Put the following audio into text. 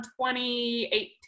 2018